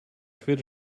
fit